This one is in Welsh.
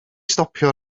stopio